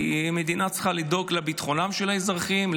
כי המדינה צריכה לדאוג לביטחונם של האזרחים,